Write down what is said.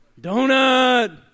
donut